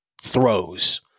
throws